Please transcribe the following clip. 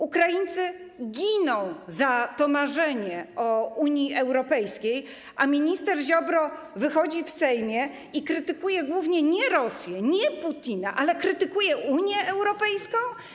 Ukraińcy giną za to marzenie o Unii Europejskiej, a minister Ziobro wychodzi w Sejmie i krytykuje głównie nie Rosję, nie Putina, ale Unię Europejską.